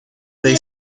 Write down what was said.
they